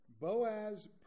Boaz